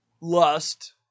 lust